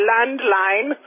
Landline